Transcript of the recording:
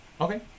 Okay